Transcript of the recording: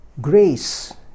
grace